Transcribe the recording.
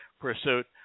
pursuit